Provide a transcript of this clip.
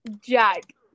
Jack